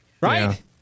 Right